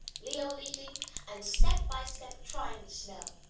leo leading and step by step trying the snow.